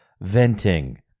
venting